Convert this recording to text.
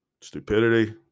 Stupidity